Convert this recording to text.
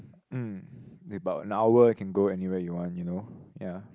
hmm about an hour you can go anywhere you want you know ya